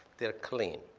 they're clean.